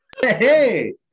Hey